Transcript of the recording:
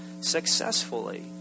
successfully